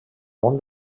món